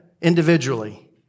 Individually